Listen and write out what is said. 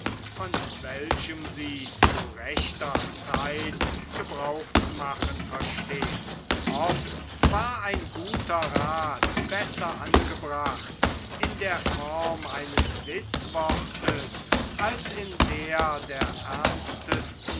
von welchem sie zu rechter zeit gebrauch zu machen verstehn oft war ein guter rath besser angebracht in der form eines witzwortes als in der der